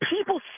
people